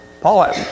Paul